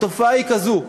התופעה היא כזאת: